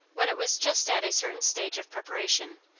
when it was just at a certain stage of preparation,